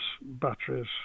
batteries